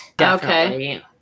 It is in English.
okay